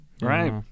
Right